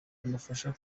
imufasha